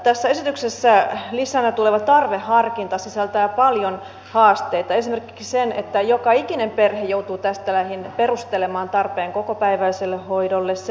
tässä esityksessä lisänä tuleva tarveharkinta sisältää paljon haasteita esimerkiksi sen että joka ikinen perhe joutuu tästä lähin perustelemaan tarpeen kokopäiväiselle hoidolle